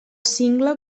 cingle